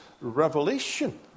revelation